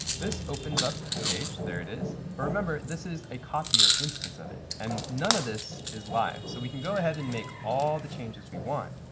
this opens up the page. there it is. but remember, this is a copier instance of it. and none of this is live, so we can go ahead and make all the changes we want.